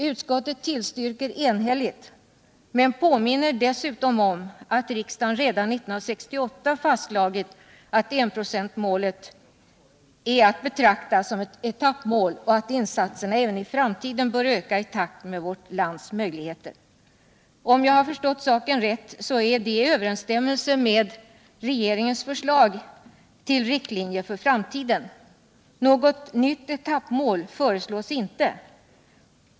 Utskottet tillstyrker enhälligt men påminner om att riksdagen redan 1968 fastslagit att enprocentsmålet är att betrakta som ett etappmål och att insatserna även i framtiden bör öka i takt med vårt lands möjligheter. Om jag förstått saken rätt är det i överensstämmelse med regeringens förslag till riktlinjer för framtiden. Något nytt etappmål föreslås inte.